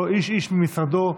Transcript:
איש-איש ממשרדו,